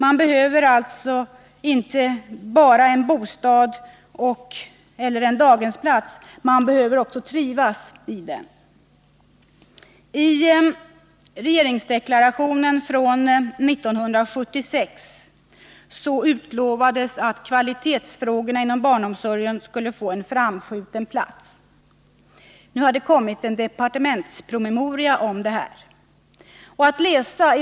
Man behöver alltså inte bara en bostad eller en daghemsplats, man behöver också trivas där. I regeringsdeklarationen från 1976 utlovades att kvalitetsfrågorna inom barnomsorgen skulle få en framskjuten plats. Nu har det kommit en departementspromemoria om detta.